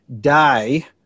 die